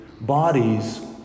Bodies